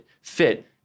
fit